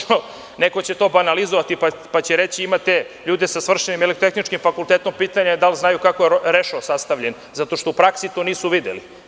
Neko će to banalizovati, pa će reći – imate ljude sa svršenim elektrotehničkim fakultetom, pitanje je da li znaju kako je rešo sastavljen, zato što u praksi to nisu videli.